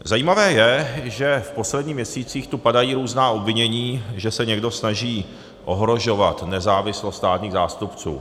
Zajímavé je, že v posledních měsících tu padají různá obvinění, že se někdo snaží ohrožovat nezávislost státních zástupců.